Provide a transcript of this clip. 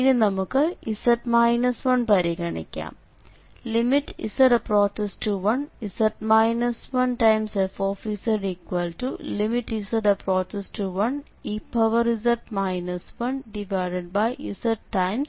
ഇനി നമുക്ക് z 1 പരിഗണിക്കാം